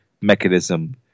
mechanism